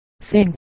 sing